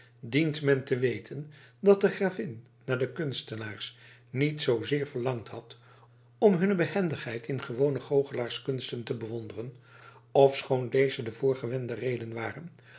dient men te weten dat de gravin naar de kunstenaars niet zoozeer verlangd had om hunne behendigheid in gewone goochelaars kunsten te bewonderen ofschoon deze de voorgewende reden ware